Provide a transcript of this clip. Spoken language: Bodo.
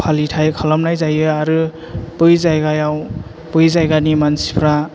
फालिथाइ खालामनाय जायो आरो बै जायगायाव बै जायगानि मानसिफ्रा